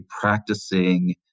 practicing